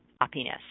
happiness